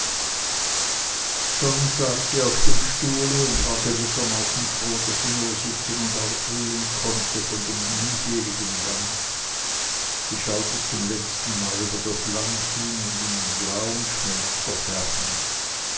schon saß sie auf dem stuhle und war gewissermaßen froh daß sie nur sitzen und ausruhen konnte von dem mühseligen gang sie schaute zum letzten mal über das land hin und in den blauen schmelz der ferne